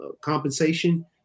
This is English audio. compensation